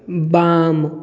बाम